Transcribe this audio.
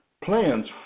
plans